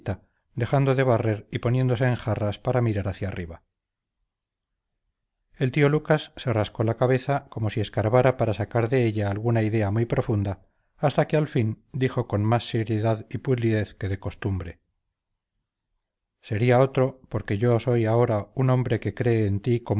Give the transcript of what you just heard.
dejando de barrer y poniéndose en jarras para mirar hacia arriba el tío lucas se rascó la cabeza como si escarbara para sacar de ella alguna idea muy profunda hasta que al fin dijo con más seriedad y pulidez que de costumbre sería otro porque yo soy ahora un hombre que cree en ti